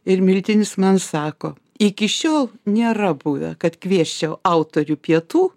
ir miltinis man sako iki šiol nėra buvę kad kviesčiau autorių pietų